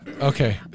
Okay